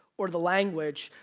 or the language.